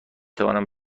توانم